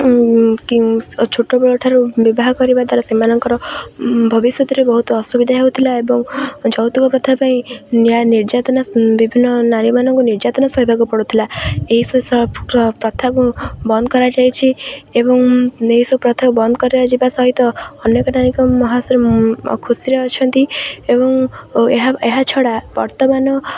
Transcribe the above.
କି ଛୋଟବେଳ ଠାରୁ ବିବାହ କରିବା ଦ୍ୱାରା ସେମାନଙ୍କର ଭବିଷ୍ୟତରେ ବହୁତ ଅସୁବିଧା ହେଉଥିଲା ଏବଂ ଯୌତୁକ ପ୍ରଥା ପାଇଁ ନିର୍ଯାତନା ବିଭିନ୍ନ ନାରୀମାନଙ୍କୁ ନିର୍ଯାତନା ସହିବାକୁ ପଡ଼ୁଥିଲା ପ୍ରଥାକୁ ବନ୍ଦ କରାଯାଇଛି ଏବଂ ଏହିସବୁ ପ୍ରଥାକୁ ବନ୍ଦ କରାଯିବା ସହିତ ଅନେକ ଖୁସିରେ ଅଛନ୍ତି ଏବଂ ଏହା ଏହା ଛଡ଼ା ବର୍ତ୍ତମାନ